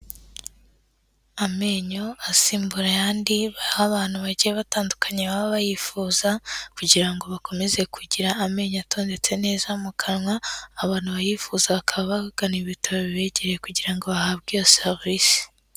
Amenyo asimbura ayandi baha abantu bagiye batandukanye baba bayifuza kugira ngo bakomeze kugira amenyo atondetse neza mu kanwa, abantu bayifuza bakaba bagana ibitaro bibegereye kugira ngo bahabwe iyo serivisi.